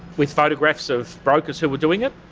with photographs of brokers who were doing it.